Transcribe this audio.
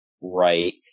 Right